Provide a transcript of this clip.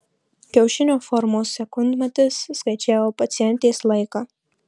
kiaušinio formos sekundmatis skaičiavo pacientės laiką